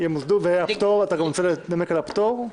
אתה רוצה לנמק גם על הפטור,